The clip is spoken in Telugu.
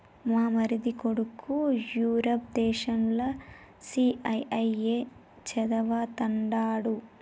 మా మరిది కొడుకు యూరప్ దేశంల సీఐఐఏ చదవతండాడు